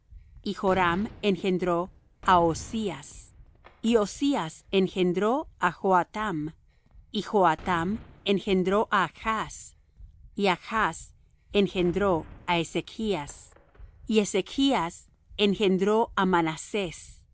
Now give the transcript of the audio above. y joram engendró á ozías y ozías engendró á joatam y joatam engendró á achz y achz engendró á ezechas y ezechas engendró á manasés